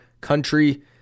country